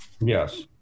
Yes